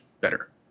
better